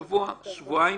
שבוע-שבועיים,